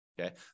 Okay